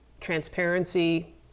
transparency